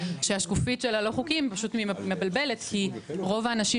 שהשקופית של הלא חוקיים פשוט מבלבלת כי רוב האנשים